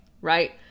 right